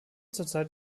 zurzeit